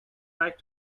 like